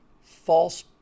false